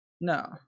no